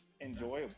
enjoyable